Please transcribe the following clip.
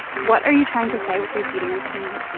what are you trying to say with your beauty routine?